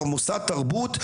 או מוסד תרבות,